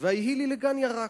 ויהי לי לגן ירק,